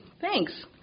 Thanks